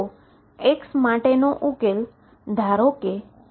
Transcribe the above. તો X માટે નો ઉકેલ ધારો કે X0 છે